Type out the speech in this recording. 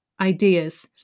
ideas